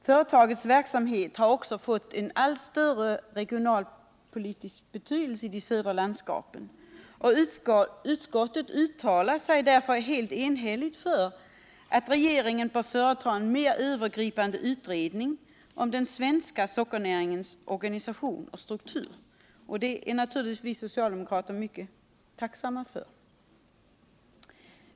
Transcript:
Företagets verksamhet har också fått allt större regionalpolitisk betydelse i de södra landskapen. Utskottet uttalar sig därför enhälligt för att regeringen bör företa en mera övergripande utredning av den svenska sockernäringens organisation och struktur. Det är vi socialdemokrater naturligtvis tacksamma för.